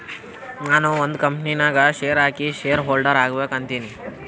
ನಾನು ಒಂದ್ ಕಂಪನಿ ನಾಗ್ ಶೇರ್ ಹಾಕಿ ಶೇರ್ ಹೋಲ್ಡರ್ ಆಗ್ಬೇಕ ಅಂತೀನಿ